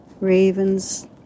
Ravens